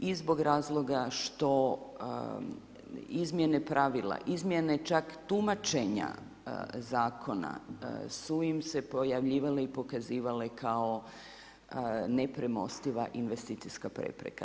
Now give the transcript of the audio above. I zbog razloga što izmjene pravila, izmjene čak tumačenja zakona, su im se pojavljivale i pokazivale kao nepremostiva investicijska prepreka.